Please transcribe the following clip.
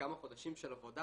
וכמה חודשים של עבודה